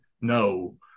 No